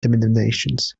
denominations